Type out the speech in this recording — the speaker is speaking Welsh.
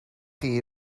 chi